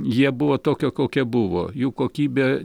jie buvo tokie kokie buvo jų kokybė